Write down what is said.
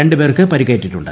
രണ്ടു പേർക്ക് പരിക്കേറ്റിട്ടുണ്ട്